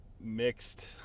mixed